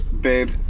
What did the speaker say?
babe